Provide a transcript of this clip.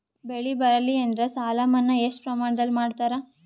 ಬೆಳಿ ಬರಲ್ಲಿ ಎಂದರ ಸಾಲ ಮನ್ನಾ ಎಷ್ಟು ಪ್ರಮಾಣದಲ್ಲಿ ಮಾಡತಾರ?